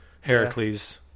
Heracles